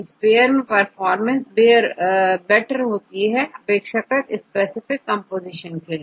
इस केस में performance better होती है अपेक्षाकृत स्पेसिफिक कंपोजीशन के लिए